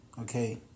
okay